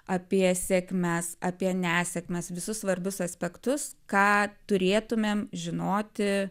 apie sėkmes apie nesėkmes visus svarbius aspektus ką turėtumėm žinoti